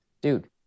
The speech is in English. Dude